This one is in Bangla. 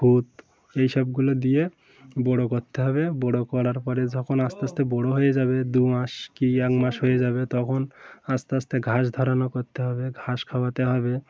ফুড এই সবগুলো দিয়ে বড়ো করতে হবে বড়ো করার পরে যখন আস্তে আস্তে বড়ো হয়ে যাবে দু মাস কি এক মাস হয়ে যাবে তখন আস্তে আস্তে ঘাস ধরানো করতে হবে ঘাস খাওয়াতে হবে